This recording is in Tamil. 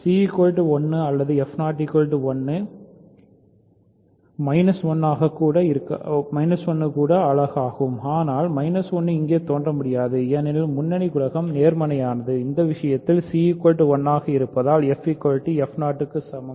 c1 அல்லது 1 1 கூட அலகாகும் ஆனால் 1 இங்கே தோன்ற முடியாது ஏனெனில் முன்னணி குணகம் நேர்மறையானது இந்த விஷயத்தில் c1 ஆக இருப்பதால் f க்கு சமம்